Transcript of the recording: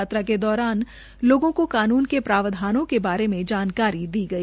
यात्रा के दौरान लोगों को कानून के प्रावधानों के बारे में जानकारी दी गई